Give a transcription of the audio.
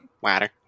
water